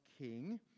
king